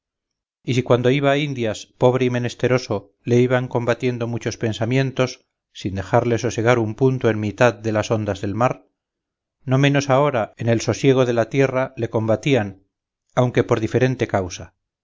y si cuando iba a indias pobre y menesteroso le iban combatiendo muchos pensamientos sin dejarle sosegar un punto en mitad de las ondas del mar no menos ahora en el sosiego de la tierra le combatían aunque por diferente causa